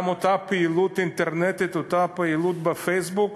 גם אותה פעילות אינטרנטית, אותה פעילות בפייסבוק,